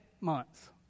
months